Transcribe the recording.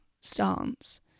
stance